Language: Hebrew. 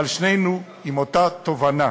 אבל שנינו עם אותה תובנה,